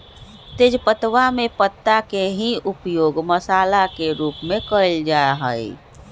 तेजपत्तवा में पत्ता के ही उपयोग मसाला के रूप में कइल जा हई